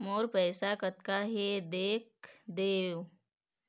मोर पैसा कतका हे देख देव?